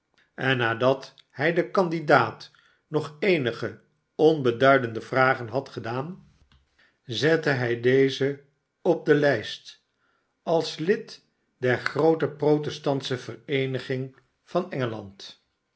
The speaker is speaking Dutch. en nadat hij den kandidaat nog eenige onbeduidende vragen had gedaan zette hij dezen op de lijst als lid der groote protestantsche vereeniging van engeland